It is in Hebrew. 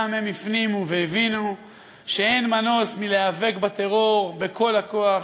הפנימו והבינו שאין מנוס מלהיאבק בטרור בכל הכוח,